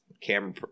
camera –